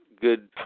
good